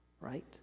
right